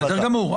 בסדר גמור.